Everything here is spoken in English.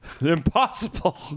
impossible